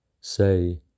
say